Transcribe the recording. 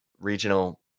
regional